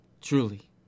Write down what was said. truly